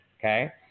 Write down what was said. Okay